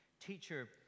teacher